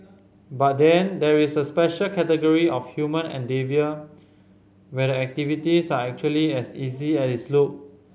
but then there is a special category of human endeavour where the activities are actually as easy as it look